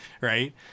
right